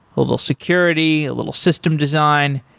a little security, a little system design.